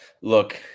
look